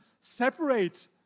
separate